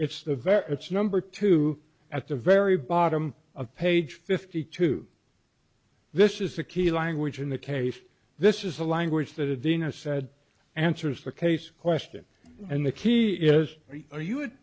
it's the very it's number two at the very bottom of page fifty two this is the key language in the case this is the language that edina said answers the case question and the key is right or you would